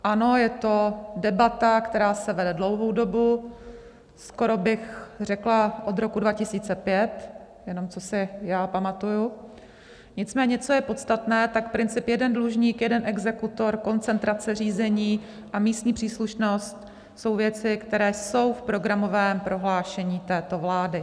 Ano, je to debata, která se vede dlouhou dobu, skoro bych řekla od roku 2005, jenom co si já pamatuji, nicméně co je podstatné, tak princip jeden dlužník, jeden exekutor, koncentrace řízení a místní příslušnost jsou věci, které jsou v programovém prohlášení této vlády.